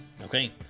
okay